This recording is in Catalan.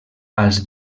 als